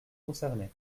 concernés